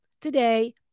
today